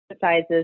sizes